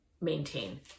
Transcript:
maintain